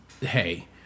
hey